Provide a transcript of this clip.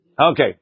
Okay